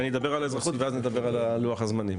אני אדבר על האזרחות ואחר כך נדבר על לוח הזמנים.